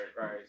right